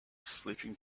sleeping